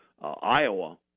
Iowa